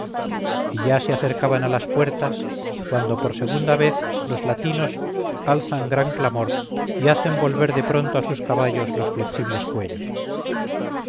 y ya se acercaban a las puertas cuando por segunda vez los latinos alzan gran clamor y hacen volver de pronto a sus caballos los flexibles cuellos